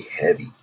heavy